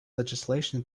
legislation